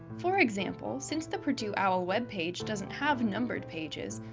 for example, since the purdue owl webpage doesn't have numbered pages,